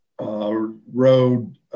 road